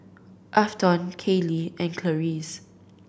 Afton Kailey and Clarice